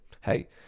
hey